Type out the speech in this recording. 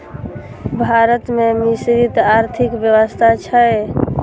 भारत मे मिश्रित आर्थिक व्यवस्था छै